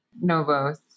Novos